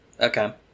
Okay